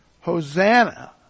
Hosanna